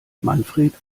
manfred